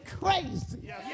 crazy